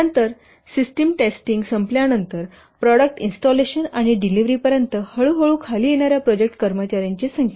नंतर system testing संपल्यानंतर product installation आणि डिलिव्हरी पर्यंत हळूहळू खाली येणा्या प्रोजेक्ट कर्मचा्यांची संख्या